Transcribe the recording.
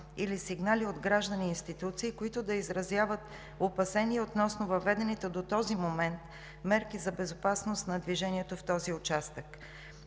или сигнали от граждани и институции, които да изразяват опасения относно въведените до този момент мерки за безопасност на движението в този участък.